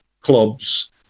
clubs